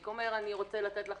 אומר: אני אעשה לך